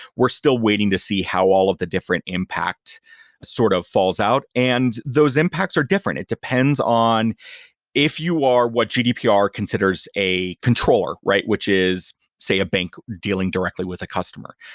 we're still waiting to see how all of the different impact sort of falls out. and those impacts are different. it depends on if you are what gdpr considers a controller, which which is, say, a bank dealing directly with a customer.